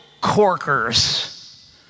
corkers